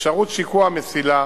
אפשרות שיקוע המסילה